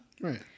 right